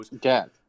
Dad